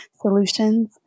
solutions